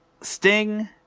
Sting